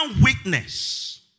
witness